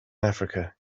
africa